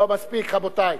טוב, מספיק, רבותי.